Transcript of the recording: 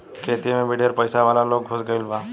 खेती मे भी ढेर पइसा वाला लोग घुस गईल बा